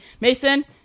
Mason